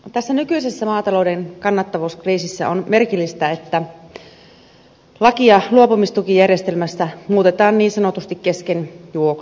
tässä nykyisessä maatalouden kannattavuuskriisissä on merkillistä että lakia luopumistukijärjestelmästä muutetaan niin sanotusti kesken juoksun